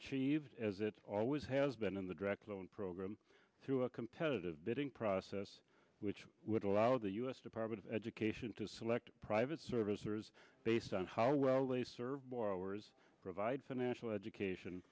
achieved as it always has been in the direct loan program through a competitive bidding process which would allow the u s department of education to select private servicers based on how well they serve borrowers provide financial education